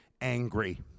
angry